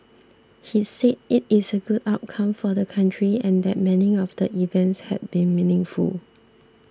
he said it is a good outcome for the country and that many of the events had been meaningful